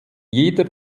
jeder